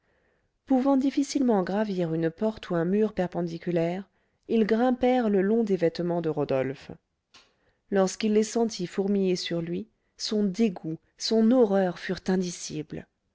pouvant difficilement gravir une porte ou un mur perpendiculaire ils grimpèrent le long des vêtements de rodolphe lorsqu'il les sentit fourmiller sur lui son dégoût son horreur furent indicibles